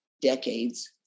decades